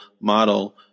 model